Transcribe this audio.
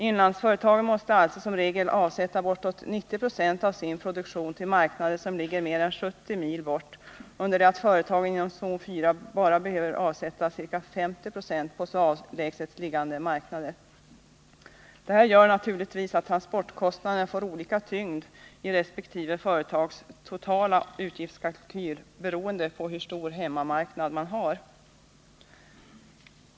Inlandsföretagen måste alltså som regel avsätta bortåt 90 26 av sin produktion till marknader som ligger mer än 70 mil bort, under det att företagen inom zon 4 bara behöver avsätta ca 50 26 på så avlägset liggande marknader. Detta gör naturligtvis, att transportkostnaderna får olika tyngd i resp. företags totala utgiftskalkyl beroende på hur stor hemmamarknad man har.